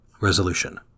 Resolution